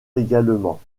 légalement